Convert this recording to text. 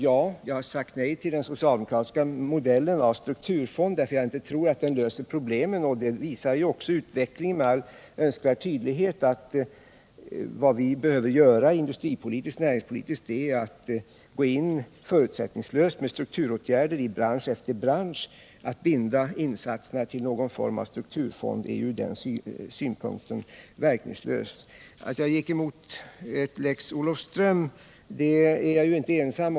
Ja, jag har sagt nej till den socialdemokratiska modellen av strukturfond, för jag tror inte att den löser problemen. Utvecklingen visar ju också med all önskvärd tydlighet att vad vi behöver göra industripolitiskt och näringspolitiskt är att gå in förutsättningslöst med strukturåtgärder i bransch efter bransch. Att binda insatserna till en strukturfond är ur Nr 38 den synpunkten verkningslöst. Torsdagen den Vad Lex Olofström beträffar, så är jag ju inte ensam om att ha gått 1 december 1977 emot den.